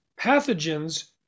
pathogens